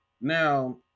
Now